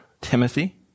Timothy